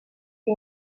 que